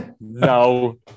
no